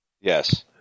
Yes